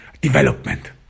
development